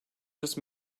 just